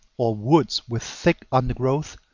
or woods with thick undergrowth,